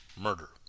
murder